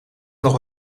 nog